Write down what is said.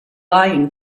lying